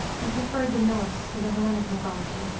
and preferred the norse to the hellenic mythology.